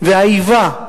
והאיבה,